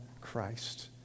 Christ